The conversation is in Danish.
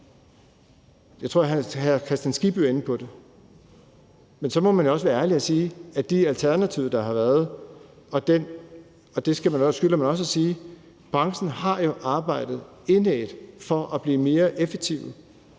Jeg tror, at hr. Hans Kristian Skibby er inde på det. Men så må man jo også være ærlig og nævne de alternativer, der har været. Man skylder også at sige, at branchen jo har arbejdet indædt for at blive mere effektiv